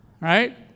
right